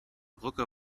brücke